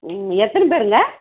ம் எத்தனை பேருங்க